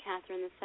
Catherine